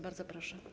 Bardzo proszę.